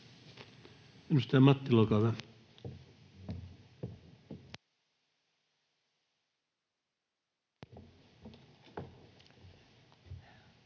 Edustaja Mattila, olkaa hyvä.